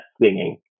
singing